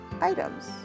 items